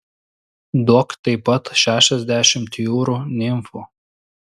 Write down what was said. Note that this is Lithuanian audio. duok taip pat šešiasdešimt jūrų nimfų